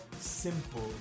simple